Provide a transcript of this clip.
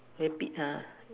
very big !huh!